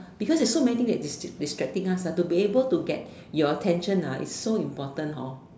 because there's so many things that distract distracting us to be able to get your attention is so important hor